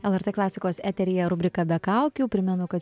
lrt klasikos eteryje rubrika be kaukių primenu kad